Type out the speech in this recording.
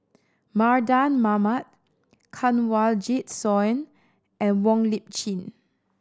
Mardan Mamat Kanwaljit Soin and Wong Lip Chin